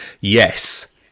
Yes